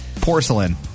Porcelain